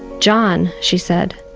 john she said,